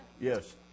yes